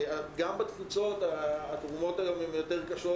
גם בתפוצות התרומות היום הן יותר קשות,